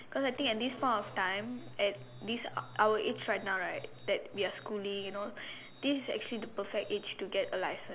because I think at this point of time at this our age right now right that we are schooling you know this is the perfect age to get a license